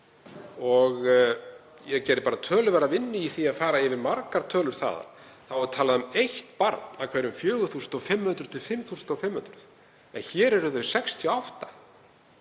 og ég lagði bara töluverða vinnu í að fara yfir margar tölur þaðan, er talað um eitt barn af hverjum 4.500–5.500. En hér eru þau 68.